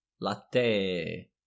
Latte